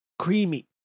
creamy